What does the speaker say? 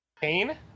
Pain